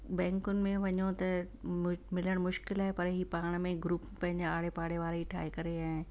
बैंकुनि में वञो त मिलणु मु मुश्किल आहे पर हीउ पाण में रु पंहिंजे आड़े पाड़े वारा ई ठाहे करे ऐं